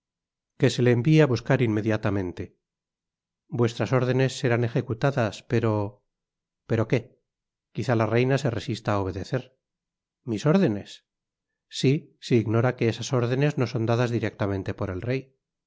que se le envie á buscar inmediatamente vuestras órdenes serán ejecutadas pero pero qué quizá la reina se resista á obedecer mis órdenes si si ignora que esas órdenes son dadas directamente por el rey